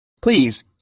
Please